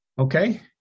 Okay